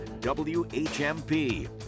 WHMP